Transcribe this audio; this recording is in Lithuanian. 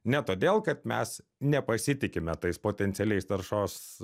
ne todėl kad mes nepasitikime tais potencialiais taršos